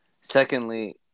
Secondly